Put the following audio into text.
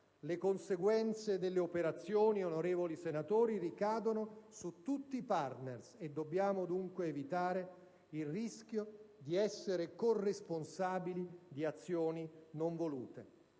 Le conseguenze delle operazioni, onorevoli senatori, ricadono su tutti i *partner* e dobbiamo dunque evitare il rischio di essere corresponsabili di azioni non volute.